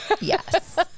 yes